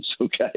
okay